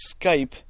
Skype